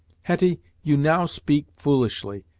hetty, you now speak foolishly,